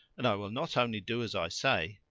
and i will not only do as i say,